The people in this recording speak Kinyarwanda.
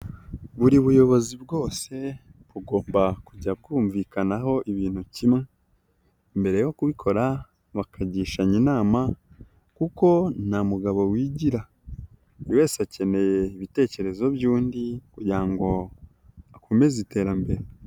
Buri buyobozi bwose bugomba kujya kumvikanaho ibintu kimwe mbere yo kubikora bakagishashanya inama kuko nta mugabo wigira, buri wese akeneye ibitekerezo by'undi kugira ngo akomeze iterambere.